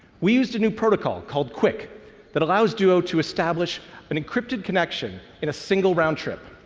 we used a new protocol called quic that allows duo to establish an encrypted connection in a single round trip.